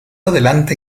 adelante